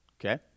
okay